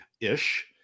Ish